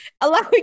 allowing